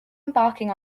embarking